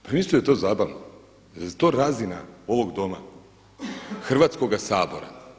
Pa jel mislite da je to zabavno, zar je to razina ovog Doma, Hrvatskoga sabora?